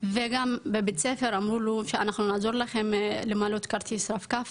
וגם בבית ספר אמרו לו שאנחנו נעזור לכם למלאת כרטיס רב-קו,